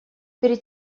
перед